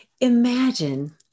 Imagine